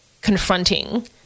confronting